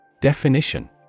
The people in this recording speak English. Definition